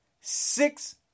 Six